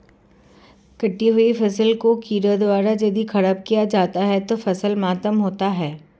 कटी हुयी फसल को कीड़ों द्वारा यदि ख़राब किया जाता है तो फसल मातम होता है